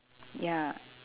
ya